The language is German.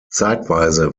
zeitweise